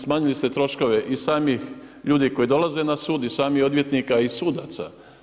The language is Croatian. Smanjili ste troškove i samih ljudi koji dolaze na sud i samih odvjetnika i sudaca.